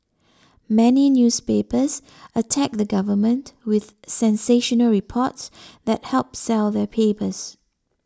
many newspapers attack the government with sensational reports that help sell their papers